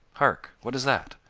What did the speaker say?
hark! what is that?